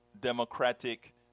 Democratic